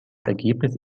ergebnis